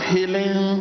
Healing